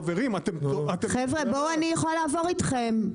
חברים אתם -- חבר'ה בואו אני יכולה לעבור אתכם,